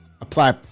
apply